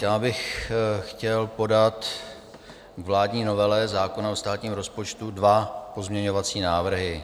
Já bych chtěl podat k vládní novele zákona o státním rozpočtu dva pozměňovací návrhy.